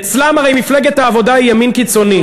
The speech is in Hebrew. אצלם הרי מפלגת העבודה היא ימין קיצוני.